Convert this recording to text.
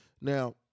Now